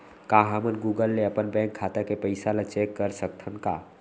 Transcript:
का हमन गूगल ले अपन बैंक खाता के पइसा ला चेक कर सकथन का?